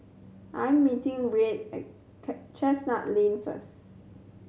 I'm meeting Reid at Chestnut Lane first